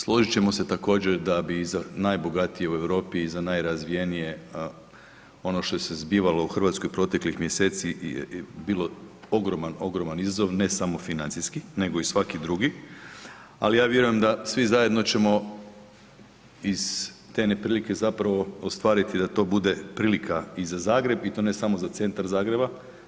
Složit ćemo se također da bi i za najbogatije u Europi i za najrazvijenije ono što se zbivalo u Hrvatskoj proteklih mjeseci bilo ogroman, ogroman izazov ne samo financijski nego i svaki drugi, ali vjerujem da svi zajedno ćemo iz te neprilike ostvariti da to bude prilika i za Zagreb i to ne samo za centar Zagreba.